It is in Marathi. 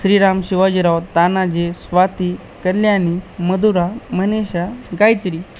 श्रीराम शिवाजीराव तानाजी स्वाती कल्यानी मधुरा मनिषा गायत्री